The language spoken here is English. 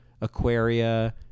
Aquaria